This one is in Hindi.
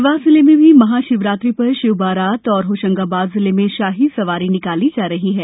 देवास जिले में भी महाशिवरात्रि पर शिव बारात और होशंगाबाद जिले में शाही सवारी निकाली जा रही है